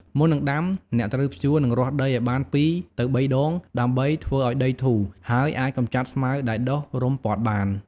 មុននឹងដាំ អ្នកត្រូវភ្ជួរ និងរាស់ដីឱ្យបាន ២ទៅ៣ ដង ដើម្បីធ្វើឱ្យដីធូរ ហើយអាចកម្ចាត់ស្មៅដែលដុះរុំព័ទ្ធបាន។